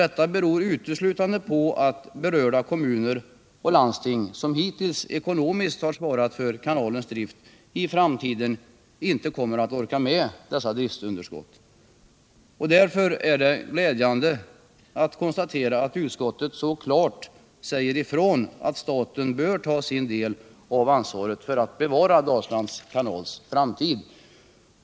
Detta beror uteslutande på att berörda kommuner och landsting som hittills ekonomiskt har svarat för kanalens drift i framtiden inte kommer att orka med dessa driftsunderskott. Därför är det glädjande att utskottet så klart säger ifrån att staten bör ta sin del av ansvaret för att bevara Dalslands kanal.